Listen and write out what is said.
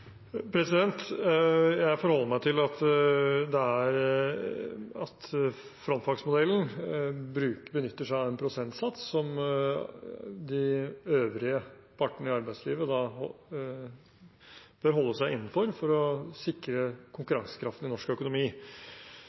Jeg forholder meg til at frontfagsmodellen benytter seg av en prosentsats som de øvrige partene i arbeidslivet bør holde seg innenfor for å sikre konkurransekraften i norsk økonomi.